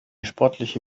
sportliche